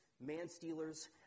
man-stealers